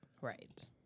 Right